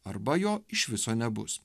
arba jo iš viso nebus